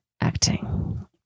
acting